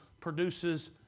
produces